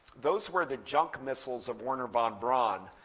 those were the junk missiles of wernher von braun.